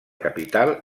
capital